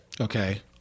Okay